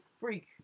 Freak